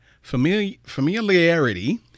familiarity